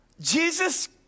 Jesus